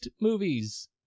movies